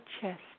chest